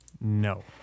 No